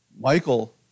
Michael